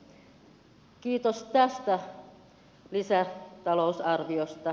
kiitos tästä lisätalousarviosta